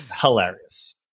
hilarious